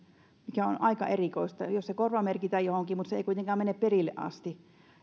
mikä on aika erikoista se korvamerkitään johonkin mutta se ei kuitenkaan mene perille asti